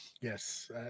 Yes